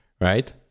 right